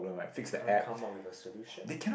they can't come out with a solution